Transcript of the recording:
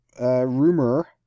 rumor